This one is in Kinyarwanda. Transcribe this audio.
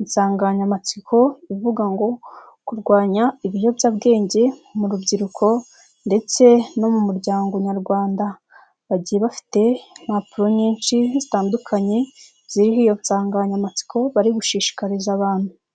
insanganyamatsiko ivuga ngo kurwanya ibiyobyabwenge mu rubyiruko ndetse no mu muryango nyarwanda. Bagiye bafite impapuro nyinshi zitandukanye ziriho iyo nsanganyamatsiko bari gushishikariza abantu.